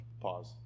Pause